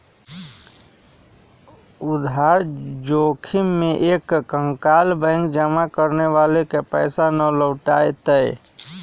उधार जोखिम में एक कंकगाल बैंक जमा करे वाला के पैसा ना लौटय तय